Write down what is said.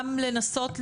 גם לנסות,